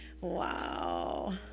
Wow